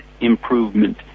improvement